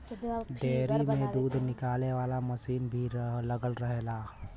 dairy में दूध निकाले वाला मसीन भी लगल रहेला